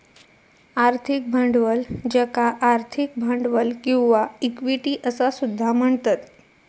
आर्थिक भांडवल ज्याका आर्थिक भांडवल किंवा इक्विटी असा सुद्धा म्हणतत